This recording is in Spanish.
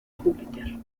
júpiter